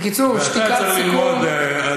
ואתה צריך ללמוד,